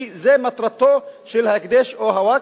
כי זו מטרתו של ההקדש או הווקף.